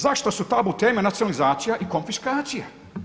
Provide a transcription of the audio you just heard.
Zašto su tabu teme nacionalizacija i konfiskacija?